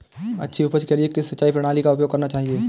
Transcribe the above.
अच्छी उपज के लिए किस सिंचाई प्रणाली का उपयोग करना चाहिए?